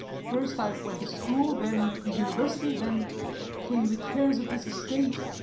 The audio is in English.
first i went to school, then to the university, then came the cares of this estate,